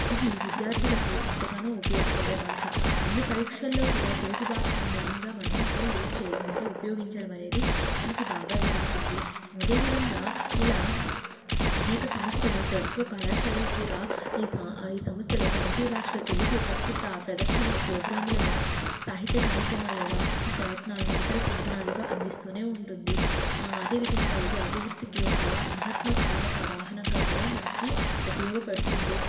ఇది విద్యార్థులకు ఎంతగానో ఉపయోగపడే భాష అన్ని పరీక్షల్లో కూడా తెలుగు భాషను మెయిన్గా మనము ఇక్కడ యూజ్ చేయడం అంటే ఉపయోగించడం అనేది మనకి బాగా జరుగుతుంది అదేవిధంగా ఇలా అనేక సంస్థలు ప్రభుత్వ కళాశాలలు కూడా ఈ ఈ సంస్థలు ప్రాంతీయ భాషలో తెలుగు ప్రస్తుత ప్రదర్శనలు ప్రోగ్రాములను సాహిత్య కార్యక్రమాలలో మార్కెటింగ్ ప్రయత్నాలను ఇతర సాధనాలుగా అందిస్తూనే ఉంటుంది అదేవిధంగా ఇది అభివృద్ధికి ఒక మహాత్మ పూర్వక వాహనంగా కూడా మనకి ఉపయోగపడుతుంది